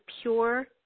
pure